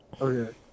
Okay